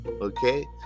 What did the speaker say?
okay